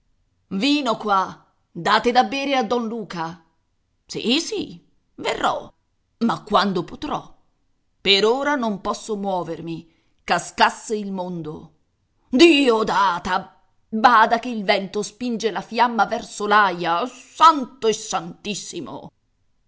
vino qua date da bere a don luca sì sì verrò ma quando potrò per ora non posso muovermi cascasse il mondo diodata bada che il vento spinge la fiamma verso l'aia santo e santissimo